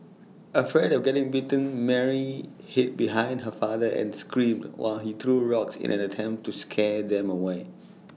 afraid of getting bitten Mary hid behind her father and screamed while he threw rocks in an attempt to scare them away